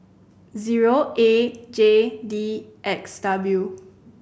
zero A J D X W